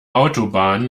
autobahn